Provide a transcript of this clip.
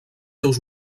seus